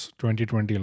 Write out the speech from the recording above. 2020